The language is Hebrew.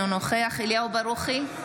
אינו נוכח אליהו ברוכי,